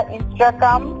Instagram